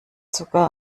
sogar